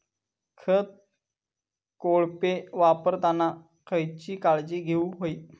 खत कोळपे वापरताना खयची काळजी घेऊक व्हयी?